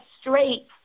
straight